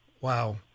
wow